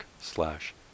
slash